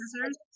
scissors